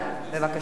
בבקשה.